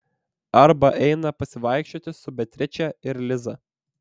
arba eina pasivaikščioti su beatriče ir liza